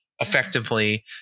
effectively